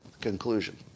conclusion